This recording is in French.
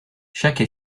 chaque